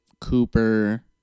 Cooper